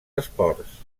esports